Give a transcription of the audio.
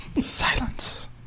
Silence